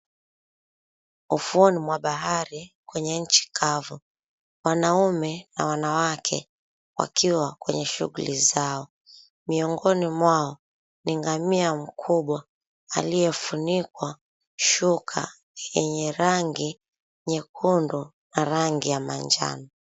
Ufuoni mwa bahari kwenye nchi kavu. Wanaume na wanawake wakiwa kwenye shughuli zao. Miongoni mwao ni ngamia mkubwa aliyefunikwa shuka yenye rangi nyekundu na rangi ya manjano.